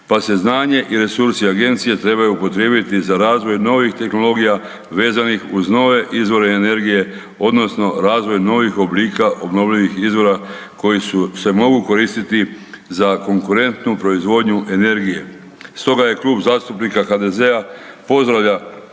pa se znanje i resursi agencije trebaju upotrijebiti za razvoj novih tehnologija vezanih uz nove izvore energije odnosno razvoj novih oblika obnovljivih izvora koji se mogu koristiti za konkurentnu proizvodnju energije. Stoga je Klub zastupnika HDZ-a pozdravlja, podržava